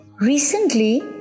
Recently